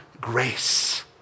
grace